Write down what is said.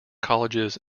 colleges